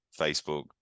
Facebook